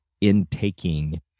intaking